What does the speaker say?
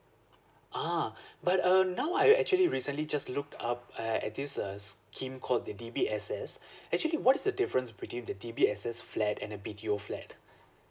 ah but uh now I actually recently just looked up uh at this uh scheme call the D_B_S_S actually what is the difference between the D_B_S_S flat and a B_TO flat